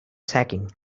sacking